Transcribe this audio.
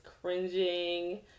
cringing